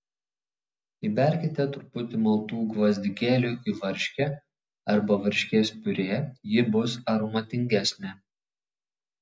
įberkite truputį maltų gvazdikėlių į varškę arba varškės piurė ji bus aromatingesnė